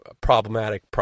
problematic